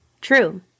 True